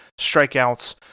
strikeouts